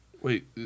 Wait